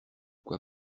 quoi